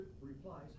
replies